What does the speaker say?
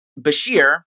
Bashir